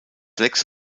lex